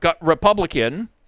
Republican